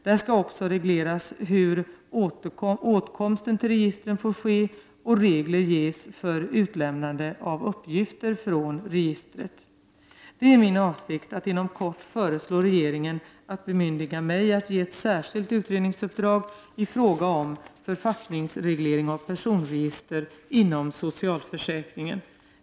Där skall också regleras hur åtkomsten till registret får ske och regler ges för utlämnande av uppgifter från registret. Det är min avsikt att inom kort föreslå regeringen att bemyndiga mig att ge ett särskilt utredningsuppdrag i fråga om författningsreglering av personregister inom socialförsäkringen.